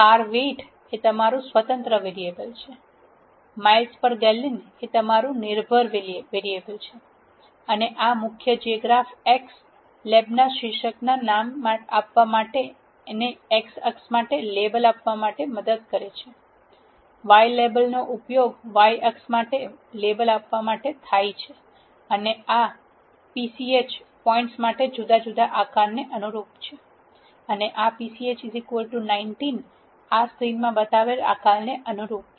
car weight એ તમારું સ્વતંત્ર વેરીએબલ છે માઇલ્સ પર ગેલન એ તમારુ નિર્ભર વેરીએબલ છે અને આ મુખ્ય જે ગ્રાફ x લેબના શીર્ષકને નામ આપવા માટે અને x અક્ષ માટે લેબલ આપવા માટે મદદ કરે છે y લેબનો ઉપયોગ y અક્ષ માટે લેબલ આપવા માટે થાય છે અને આ pch પોઇન્ટ્સ માટે જુદા જુદા આકારને અનુરૂપ છે અને આ pch 19 આ સ્ક્રીનમાં બતાવેલ આકારને અનુરૂપ છે